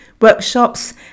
workshops